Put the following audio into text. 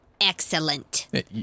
Excellent